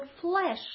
flesh